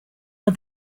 are